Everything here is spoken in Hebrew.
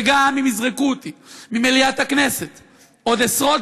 וגם אם יזרקו אותי ממליאת הכנסת עוד עשרות